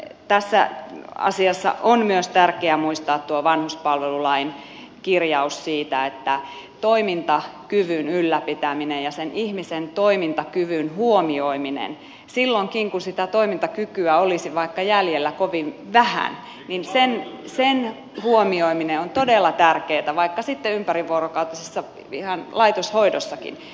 tässä asiassa on myös tärkeää muistaa tuo vanhuspalvelulain kirjaus siitä että toimintakyvyn ylläpitäminen ja ihmisen toimintakyvyn huomioiminen silloinkin kun sitä toimintakykyä olisi jäljellä vaikka kovin vähän on todella tärkeätä vaikka sitten ihan ympärivuorokautisessa laitoshoidossakin